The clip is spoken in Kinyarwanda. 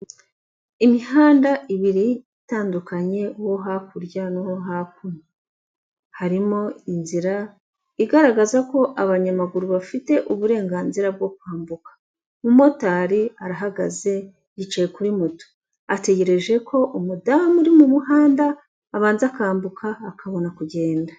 Imihanda ibiri itandukanye uwo hakurya n'uwo hakuno, harimo inzira igaragaza ko abanyamaguru bafite uburenganzira bwo kwambuka, umumotari arahagaze yicaye kuri moto, ategereje ko umudamu uri mu muhanda abanza akambuka akabona kugenda.